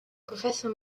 professor